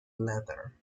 leather